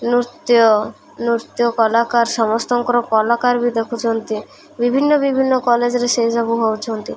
ନୃତ୍ୟ ନୃତ୍ୟ କଳାକାର ସମସ୍ତଙ୍କର କଳାକାର ବି ଦେଖୁଛନ୍ତି ବିଭିନ୍ନ ବିଭିନ୍ନ କଲେଜରେ ସେ ସବୁ ହେଉଛନ୍ତି